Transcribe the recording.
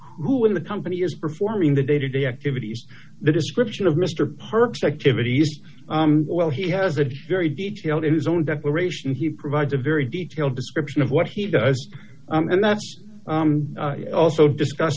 who in the company is performing the day to day activities the description of mr parks activities well he has a very detailed in his own declaration he provides a very detailed description of what he does and that's also discussed